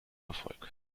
erfolg